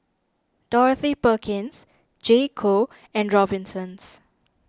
Dorothy Perkins J co and Robinsons